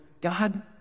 God